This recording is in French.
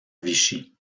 vichy